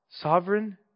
sovereign